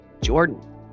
Jordan